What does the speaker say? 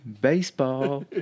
Baseball